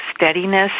steadiness